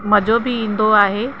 मज़ो बि ईंदो आहे